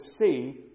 see